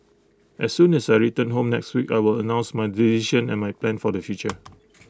as soon as I return home next week I will announce my decision and my plans for the future